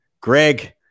greg